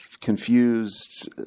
confused